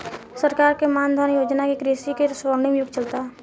सरकार के मान धन योजना से कृषि के स्वर्णिम युग चलता